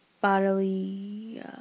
bodily